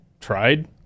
tried